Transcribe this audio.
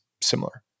similar